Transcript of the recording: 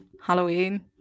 Halloween